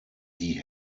die